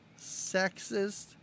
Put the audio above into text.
sexist